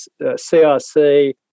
CRC